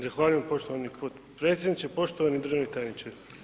Zahvaljujem poštovani potpredsjedniče, poštovani državni tajniče.